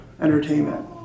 Entertainment